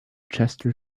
chester